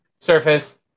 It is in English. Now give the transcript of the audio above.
surface